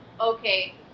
okay